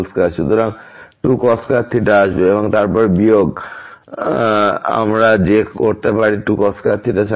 সুতরাং 2cos2 আসবে এবং তারপর বিয়োগ আমরা যে বিয়োগ করতে পারেন 2cos2sin2